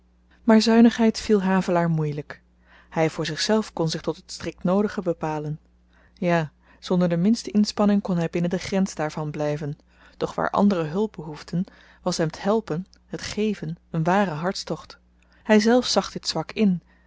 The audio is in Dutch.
maar zuinigheid viel havelaar moeielyk hy voor zichzelf kon zich tot het strikt noodige bepalen ja zonder de minste inspanning kon hy binnen de grens daarvan blyven doch waar anderen hulp behoefden was hem t helpen het geven een ware hartstocht hyzelf zag dit zwak in